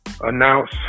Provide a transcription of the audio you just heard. announce